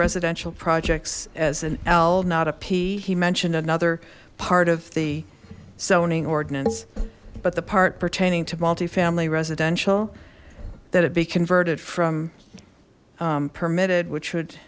residential projects as an l not a p he mentioned another part of the zoning ordinance but the part pertaining to multi family residential that it be converted from permitted which would